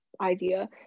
idea